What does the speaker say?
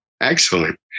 Excellent